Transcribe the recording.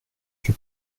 que